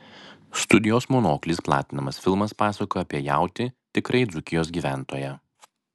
studijos monoklis platinamas filmas pasakoja apie jautį tikrąjį dzūkijos gyventoją